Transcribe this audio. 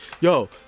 yo